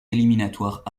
éliminatoires